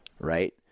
right